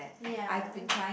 ya